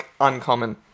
uncommon